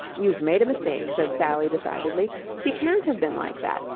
you've made a mistake, said sally decidedly. she can't have been like that.